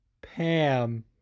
Pam